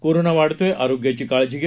corona वाढतोय आरोग्याची काळजी घ्या